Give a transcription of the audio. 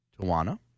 Tawana